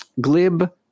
glib